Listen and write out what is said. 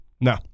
No